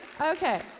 Okay